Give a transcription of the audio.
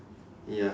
ya